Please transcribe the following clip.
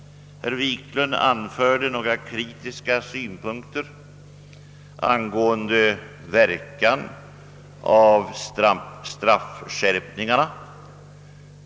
Herr Wiklund i Stockholm anförde skeptiska synpunkter på verkan av straffskärpningarna.